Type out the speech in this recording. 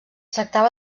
tractava